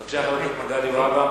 בבקשה, חבר הכנסת מגלי והבה.